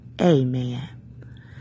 Amen